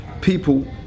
people